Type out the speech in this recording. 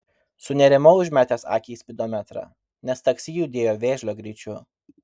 sunerimau užmetęs akį į spidometrą nes taksi judėjo vėžlio greičiu